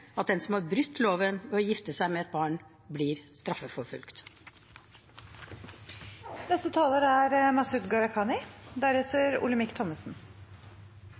at den som har brutt loven ved å gifte seg med et barn, blir